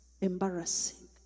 embarrassing